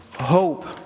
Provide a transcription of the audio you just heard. hope